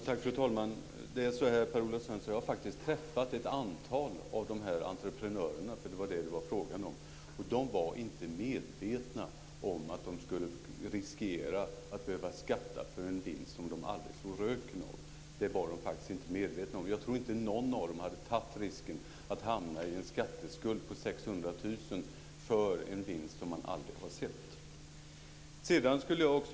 Fru talman! Jag har faktiskt träffat ett antal av de här entreprenörerna - det var entreprenörer det var frågan om. De var inte medvetna om att de riskerade att behöva skatta för en vinst som de aldrig såg röken av. Jag tror inte att någon av dem hade tagit risken att få en skatteskuld på 600 000 för en vinst som de aldrig sett.